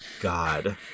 God